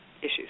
issues